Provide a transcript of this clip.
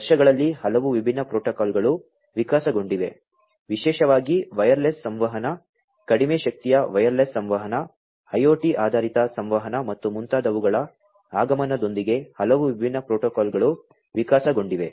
ವರ್ಷಗಳಲ್ಲಿ ಹಲವು ವಿಭಿನ್ನ ಪ್ರೋಟೋಕಾಲ್ಗಳು ವಿಕಸನಗೊಂಡಿವೆ ವಿಶೇಷವಾಗಿ ವೈರ್ಲೆಸ್ ಸಂವಹನ ಕಡಿಮೆ ಶಕ್ತಿಯ ವೈರ್ಲೆಸ್ ಸಂವಹನ IoT ಆಧಾರಿತ ಸಂವಹನ ಮತ್ತು ಮುಂತಾದವುಗಳ ಆಗಮನದೊಂದಿಗೆ ಹಲವು ವಿಭಿನ್ನ ಪ್ರೋಟೋಕಾಲ್ಗಳು ವಿಕಸನಗೊಂಡಿವೆ